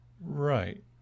right